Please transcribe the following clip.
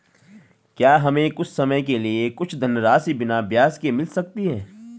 क्या हमें कुछ समय के लिए कुछ धनराशि बिना ब्याज के मिल सकती है?